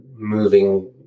moving